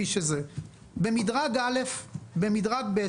במדרג ב',